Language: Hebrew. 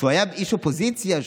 כשהוא היה איש אופוזיציה,